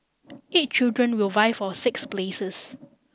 eight children will vie for six places